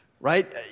Right